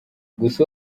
gusa